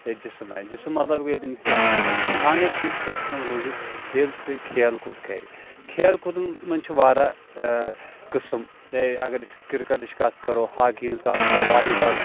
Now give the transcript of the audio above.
جِسٕم آسہِ جِسٕم مَطلَب گو ییٚلہِ تٔمِس صحت منٛد آسہِ اِنسان ہیٚکہِ تیٚلہِ صحت منٛد روٗزِتھ ییٚلہِ سُہ کھیل کوٗد کَرِ کھیل کوٗدَن منٛز چھِ واریاہ قٔسٕم اگر أسۍ کِرکَٹٕچ کَتھ کَرو ہاکی ہنٛز کَتھ کَرو والی بال